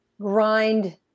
grind